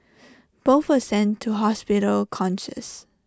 both were sent to hospital conscious